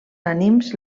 ànims